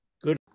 Good